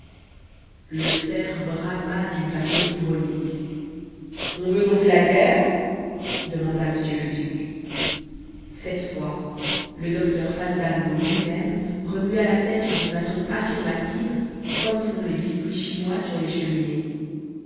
le cerf brama d'une façon ironique on veut donc la guerre demanda m le duc cette fois le docteur fandango lui-même remua la tête d'une façon affirmative comme font les biscuits chinois sur les cheminées